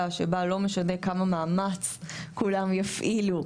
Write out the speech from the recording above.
שבה לא משנה כמה מאמץ כולם יפעילו,